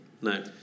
No